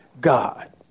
God